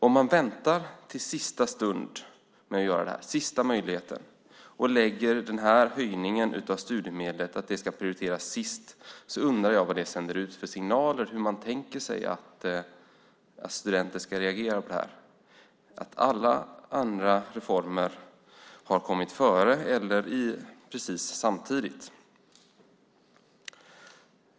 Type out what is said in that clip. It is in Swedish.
Om man väntar till sista stund och tycker att höjningen av studiemedlen ska komma sist undrar jag vad det sänder för signaler, hur man tänker sig att studenter ska reagera på det här. Alla andra reformer har kommit före eller precis samtidigt.